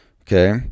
okay